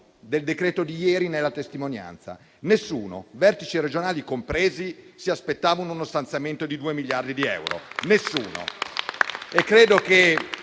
del decreto di ieri ne è la testimonianza. Nessuno, vertici regionali compresi, si aspettava uno stanziamento di due miliardi di euro. Ripeto nessuno.